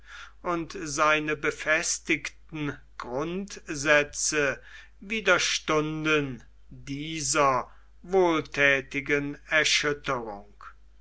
und seine befestigten grundsätze widerstanden dieser wohlthätigen erschütterung